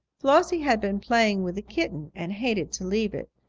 flossie had been playing with the kitten and hated to leave it.